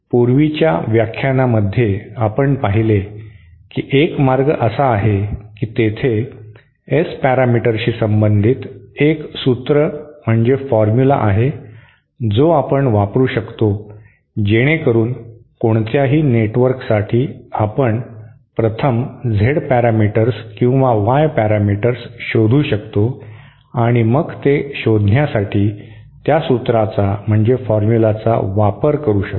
पूर्वीच्या व्याख्यानामध्ये आपण पाहिले की एक मार्ग असा आहे की तेथे S पॅरामीटर्सशी संबंधित एक सूत्र म्हणजे फॉर्म्युला आहे जो आपण वापरू शकतो जेणेकरून कोणत्याही नेटवर्कसाठी आपण प्रथम Z पॅरामीटर्स किंवा वाय पॅरामीटर्स शोधू शकतो आणि मग ते शोधण्यासाठी त्या सूत्राचा म्हणजे फॉर्म्युलाचा वापर करू शकतो